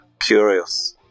curious